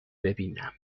ببینم